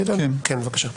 כן, בבקשה.